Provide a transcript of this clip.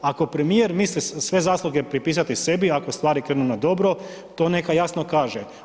Ako premijer misli sve zasluge pripisati sebi ako stvari krenu na dobro, to neka jasno kaže.